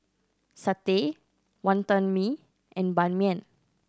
satay Wonton Mee and Ban Mian